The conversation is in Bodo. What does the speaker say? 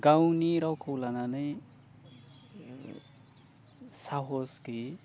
गावनि रावखौ लानानै साहस गैयि